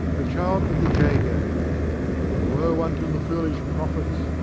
a child of the jago. woe unto the foolish prophets,